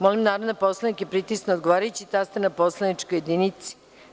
Molim narodne poslanike da pritisnu odgovarajući taster na poslaničkoj jedinici.